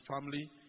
family